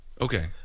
Okay